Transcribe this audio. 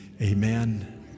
Amen